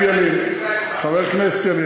חבר הכנסת ילין,